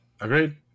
Agreed